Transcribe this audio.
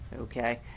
Okay